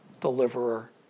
Deliverer